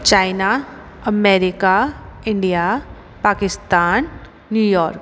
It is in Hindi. China America India Pakistan New York